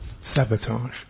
Sabotage